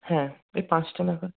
হ্যাঁ ওই পাঁচটা নাগাদ